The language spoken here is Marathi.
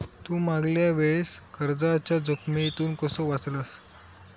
तू मागल्या वेळेस कर्जाच्या जोखमीतून कसो वाचलस